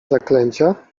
zaklęcia